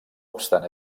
obstant